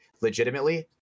legitimately